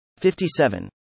57